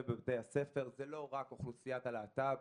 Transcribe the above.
בבתי הספר זה לא רק אוכלוסיית הלהט"ב,